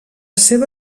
seva